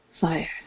fire